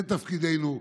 זה תפקידנו,